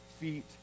feet